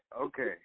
okay